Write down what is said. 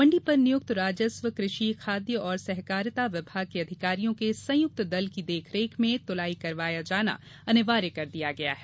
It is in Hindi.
मण्डी पर नियुक्त राजस्व कृ षि खाद्य एवं सहकारिता विभाग के अधिकारियों के संयुक्त दल की देख रेख में तुलाई करवाई जाना अनिवार्य कर दिया गया है